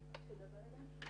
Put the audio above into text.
הרוטינה.